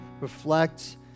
Reflect